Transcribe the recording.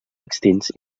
extints